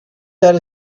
that